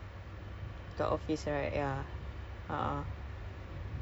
where you know nine to five office ya office hours